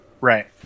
Right